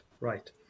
right